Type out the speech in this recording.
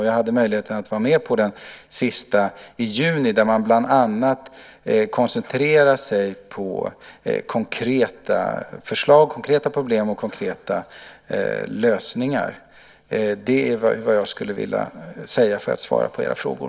Jag hade möjlighet att vara med på den sista i juni, där man bland annat koncentrerade sig på konkreta problem och konkreta lösningar. Det är vad jag skulle vilja säga för att svara på era frågor.